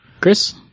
Chris